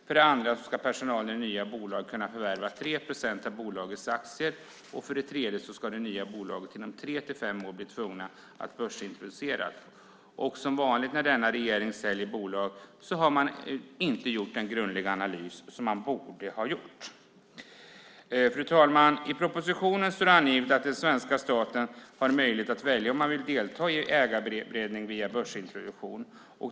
För det andra ska personalen i det nya bolaget kunna förvärva 3 procent av bolagets aktier. För det tredje ska det nya bolaget inom tre till fem år bli tvunget att börsintroducera. Som vanligt när denna regering säljer bolag har man inte gjort en grundlig analys, vilket man borde ha gjort. Fru talman! I propositionen står angivet att svenska staten har möjlighet att välja om man vill delta i ägarberedning via börsintroduktion.